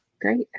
great